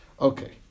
Okay